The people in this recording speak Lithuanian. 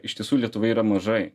iš tiesų lietuvoje yra mažai